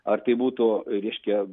ar tai būtų reiškia